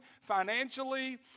financially